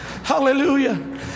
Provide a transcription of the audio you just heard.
Hallelujah